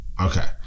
Okay